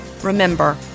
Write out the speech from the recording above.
Remember